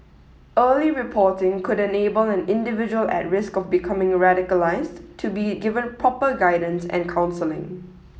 early reporting could enable an individual at risk of becoming radicalised to be given proper guidance and counselling